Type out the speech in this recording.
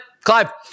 Clive